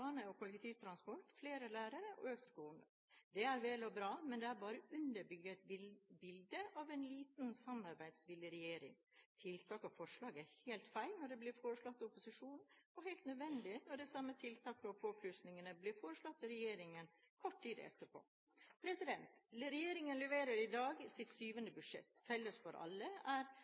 og kollektivtransport, flere lærere og økt skogvern. Det er vel og bra, men det bare underbygger bildet av en lite samarbeidsvillig regjering. Tiltak og forslag er helt feil når det blir foreslått av opposisjonen, og helt nødvendig når de samme tiltakene og påplussingene blir foreslått av regjeringen kort tid etterpå. Regjeringen leverer i dag sitt syvende budsjett. Felles for alle